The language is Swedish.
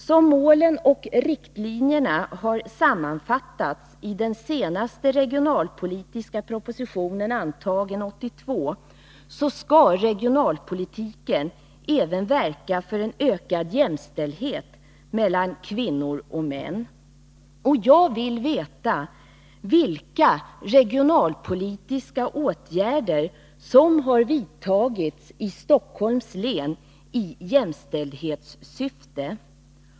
Som målen och riktlinjerna sammanfattas i den senaste regionalpolitiska propositionen, antagen 1982, skall regionalpolitiken även verka för en ökad jämställdhet mellan kvinnor och män. Jag vill veta vilka regionalpolitiska åtgärder som har vidtagits i Stockholms län i jämställdhetssyfte.